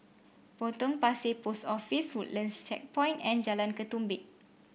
Potong Pasir Post Office Woodlands Checkpoint and Jalan Ketumbit